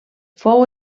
fou